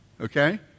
Okay